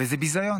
וזה ביזיון.